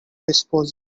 disposes